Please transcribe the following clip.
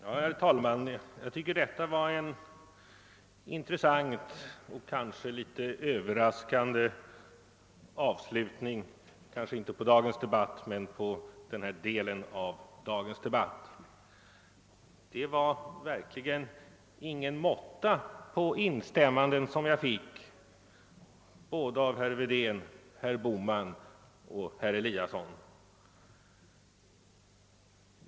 Herr talman! Jag tycker att detta var en intressant och kanske något överraskande avslutning — måhända inte på dagens debatt men på den här delen av den. Det var verkligen ingen måtta på de instämmanden jag fick av såväl herr Wedén och herr Bohman som herr Eliasson i Sundborn.